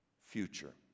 future